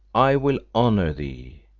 i will honour thee.